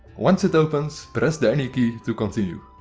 once it opens, press the any key to continue.